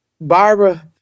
Barbara